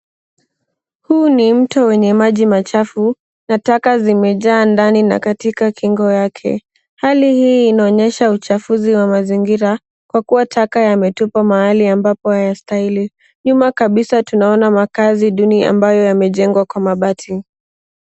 Huu ni mto wenye maji machafu, na taka zimejaa ndani na katika kingo yake. Hali hii inaonyesha uchafuzi wa mazingira, kwa kuwa taka yametupwa mahali ambapo hayastahili. Nyuma kabisa tunaona makazi duni ambayo yamejengwa kwa mabati.